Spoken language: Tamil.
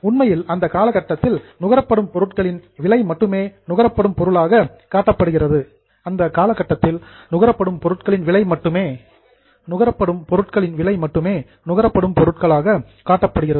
உண்மையில் அந்த காலகட்டத்தில் கன்ஸ்யூம்டு நுகரப்படும் பொருட்களின் விலை மட்டுமே நுகரப்படும் பொருளாக காட்டப்படுகிறது